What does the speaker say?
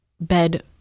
bed